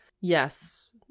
Yes